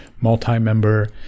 multi-member